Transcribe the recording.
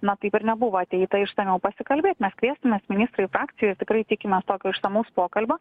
na taip ir nebuvo ateita išsamiau pasikalbėt mes kviesimės ministrą į frakciją ir tikrai tikimės tokio išsamaus pokalbio